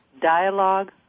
dialogue